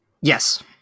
Yes